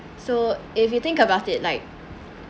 so if you think about it like